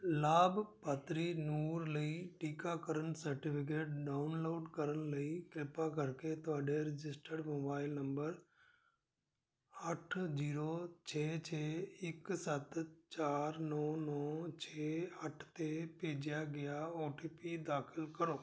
ਲਾਭਪਾਤਰੀ ਨੂਰ ਲਈ ਟੀਕਾਕਰਨ ਸਰਟੀਫਿਕੇਟ ਡਾਊਨਲੋਡ ਕਰਨ ਲਈ ਕਿਰਪਾ ਕਰਕੇ ਤੁਹਾਡੇ ਰਜਿਸਟਰਡ ਮੋਬਾਈਲ ਨੰਬਰ ਅੱਠ ਜੀਰੋ ਛੇ ਛੇ ਇੱਕ ਸੱਤ ਚਾਰ ਨੌ ਨੌ ਛੇ ਅੱਠ 'ਤੇ ਭੇਜਿਆ ਗਿਆ ਓ ਟੀ ਪੀ ਦਾਖਲ ਕਰੋ